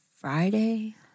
Friday